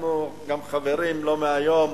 אנחנו גם חברים לא מהיום.